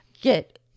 get